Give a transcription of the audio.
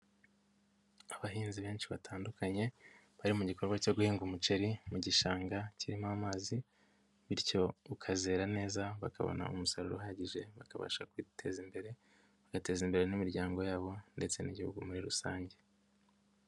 Abahinzi benshi batandukanye bari mu gikorwa cyo guhinga umuceri mu gishanga kirimo amazi bityo ukazera neza bakabona umusaruro uhagije bakabasha kwiteza imbere bagateza imbere n'imiryango yabo ndetse n'Igihugu muri rusange.